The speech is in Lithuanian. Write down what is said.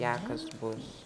jakas bus